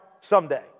someday